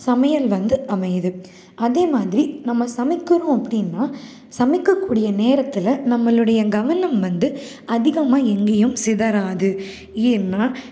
சமையல் வந்து அமையுது அதேமாதிரி நம்ம சமைக்கணும் அப்படின்னா சமைக்கக்கூடிய நேரத்தில் நம்மளுடைய கவனம் வந்து அதிகமா எங்கேயும் சிதறாது ஏன்னா